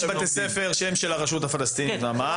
יש בתי ספר שהם של הרשות הפלסטינית ממש.